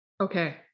Okay